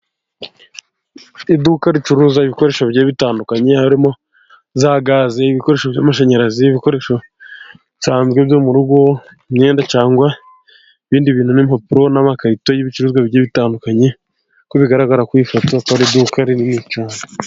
Iduka ricuruza ibikoresho bigiye bitandukanye, harimo: za gazi, ibikoresho by'amashanyarazi, ibibikoresho bisanzwe byo mu rugo, imyenda, cyangwa ibindi bintu n'impapuro, n'amakarito y'ibicuruzwa bitandukanye, kuko bigarargaa ku foto ko ari iduka rinini cyane.